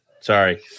sorry